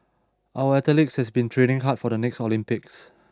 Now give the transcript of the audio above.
our athletes have been training hard for the next Olympics